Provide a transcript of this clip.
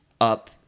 up